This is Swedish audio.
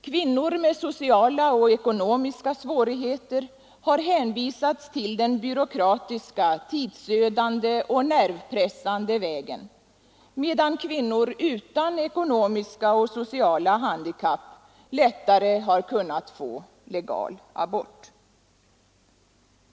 Kvinnor med sociala och ekonomiska svårigheter har hänvisats till den byråkratiska, tidsödande och nervpressande vägen, medan kvinnor utan ekonomiska och sociala handikapp lättare kunnat få legal abort.